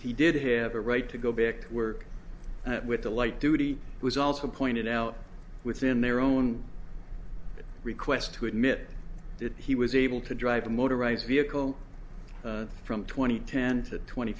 he did have a right to go back to work with the light duty was also pointed out within their own request to admit that he was able to drive a motorized vehicle from twenty ten to twenty